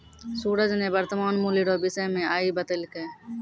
सूरज ने वर्तमान मूल्य रो विषय मे आइ बतैलकै